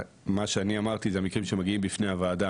מה שאני אמרתי זה המקרים שמגיעים בפני הוועדה,